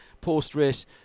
post-race